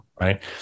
Right